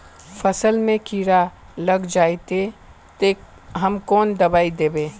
फसल में कीड़ा लग जाए ते, ते हम कौन दबाई दबे?